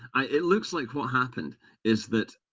it looks like what happened is that